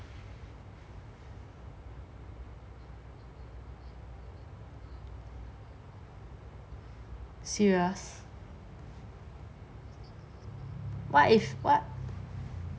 serious